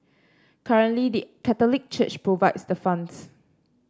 currently the Catholic Church provides the funds